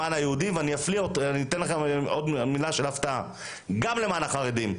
למען היהודים וגם למען החרדים,